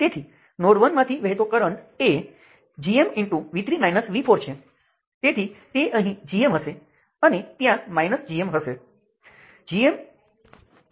તેથી તમે પ્લેનર સર્કિટને દેશના નકશા તરીકે વિચારી શકો છો અને દરેક મેશ દેશનાં એક રાજ્ય તરીકે હોય છે